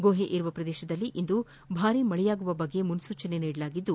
ಗುಹೆ ಇರುವ ಪ್ರದೇಶದಲ್ಲಿ ಇಂದು ಭಾರೀ ಮಳೆಯಾಗುವ ಬಗ್ಗೆ ಮುನ್ಲೂಚನೆ ನೀಡಲಾಗಿದ್ದು